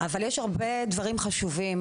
אבל יש הרבה דברים חשובים.